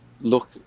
look